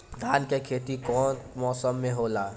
धान के खेती कवन मौसम में होला?